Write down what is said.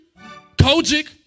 Kojic